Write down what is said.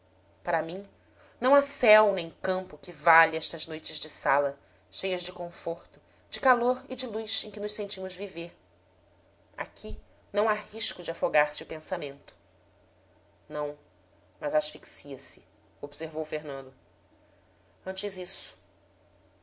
para mim não há céu nem campo que valha estas noites de sala cheias de conforto de calor e de luz em que nos sentimos viver aqui não há risco de afogar-se o pensa mento não mas asfixia se observou fernando antes isso